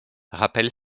rappelle